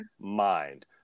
mind